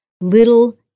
little